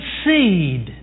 seed